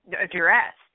addressed